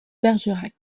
bergerac